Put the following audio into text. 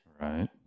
Right